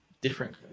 different